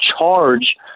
charge